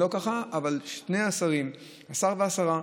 אבל שני השרים השר והשרה,